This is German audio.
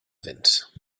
wind